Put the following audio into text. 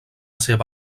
seva